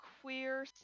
queer